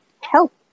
help